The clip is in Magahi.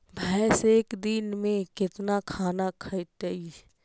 भैंस एक दिन में केतना खाना खैतई?